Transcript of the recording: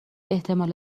احتمال